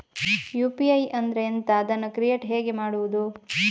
UPI ಅಂದ್ರೆ ಎಂಥ? ಅದನ್ನು ಕ್ರಿಯೇಟ್ ಹೇಗೆ ಮಾಡುವುದು?